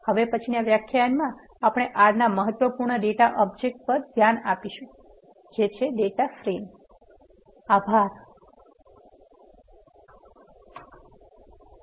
હવે પછીના વ્યાખ્યાનમાં આપણે R ના મહત્વપૂર્ણ ડેટા ઓબ્જેક્ટ પર ધ્યાન આપશું જે ડેટા ફ્રેમ્સ છે